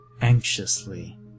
anxiously